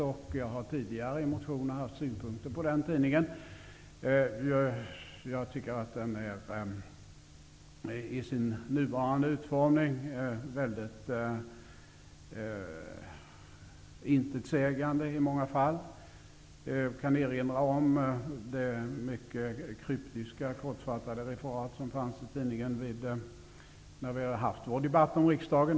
Jag har tidigare i motioner haft synpunkter på den tidningen. Jag tycker att den i sin nuvarande utformning i många fall är mycket intetsägande. Jag kan erinra om det mycket kryptiska kortfattade referat som fanns i tidningen när vi haft vår debatt om riksdagen.